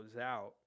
out